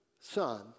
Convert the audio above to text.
son